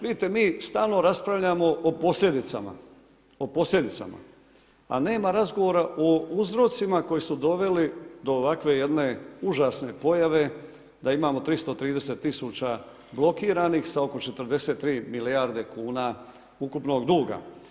Vidite, mi stalno raspravljamo o posljedicama a nema razgovora o uzrocima koji su doveli do ovakve jedne užasne pojave da imamo 330 000 blokiranih sa oko 43 milijarde kuna ukupnog duga.